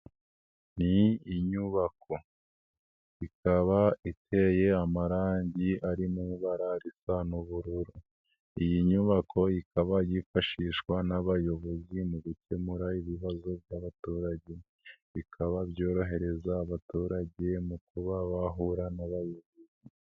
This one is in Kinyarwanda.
Iyi ni inyubako ikaba iteye amarangi ari mu ibara risa n'ubururu, iyi nyubako ikaba yifashishwa n'abayobozi mu gukemura ibibazo by'abaturage bikaba byorohereza abaturage mu kuba bahura n'abayobozi.